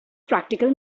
practical